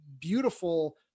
beautiful